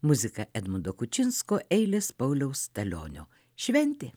muziką edmundo kučinsko eiles pauliaus stalionio šventė